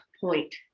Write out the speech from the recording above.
point